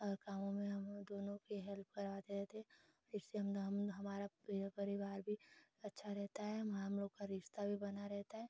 अगर कामों में हम दोनों की हेल्प करवाते रहते इससे हम हम हमारा पूरा परिवार भी अच्छा रहता है हम हमलोग का रिश्ता भी बना रहता है